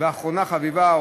ואחרונה חביבה,